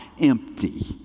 empty